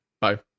bye